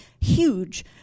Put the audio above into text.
huge